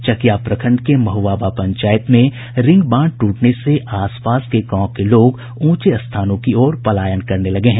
चकिया प्रखंड के महुआवा पंचायत में रिंग बांध टूटने से आस पास के गांव के लोग ऊंचे स्थानों की ओर पलायन करने लगे हैं